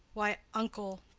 why, uncle,